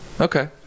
Okay